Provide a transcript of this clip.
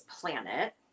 planet